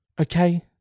Okay